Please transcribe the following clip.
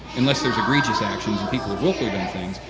unless there's egregious actions and people of willfully done things,